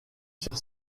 sur